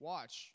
Watch